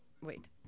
wait